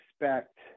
expect